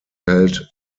held